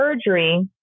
surgery